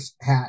hat